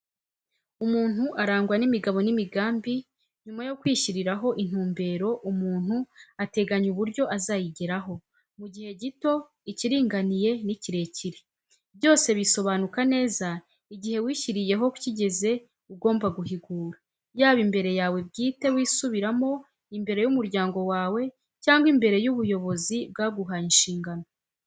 Umuntu arangwa n'imigabo n'imigambi; nyuma yo kwishyiriraho intumbero, umuntu ateganya uburyo azayigeraho, mu gihe gito, ikiringaniye n'ikirekire; byose bisobanuka neza igihe wishyiriyeho kigeze ugomba guhigura; yaba imbere yawe bwite wisubiramo, imbere y'umuryango wawe cyangwa imbere y'ubuyobozi bwaguhaye inshingano.